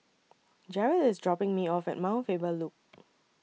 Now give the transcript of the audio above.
Jaret IS dropping Me off At Mount Faber Loop